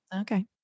okay